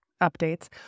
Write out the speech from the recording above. updates